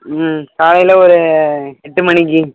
ம் காலையில் ஒரு எட்டு மணிக்கு